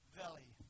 valley